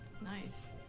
Nice